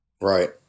Right